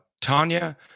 tanya